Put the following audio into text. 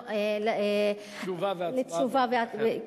לתשובה והצבעה.